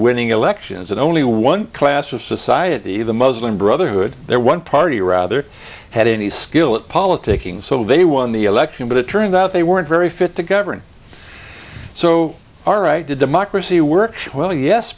winning elections in only one class of society the muslim brotherhood they're one party rather had any skill at politicking so they won the election but it turned out they weren't very fit to govern so our right to democracy works well yes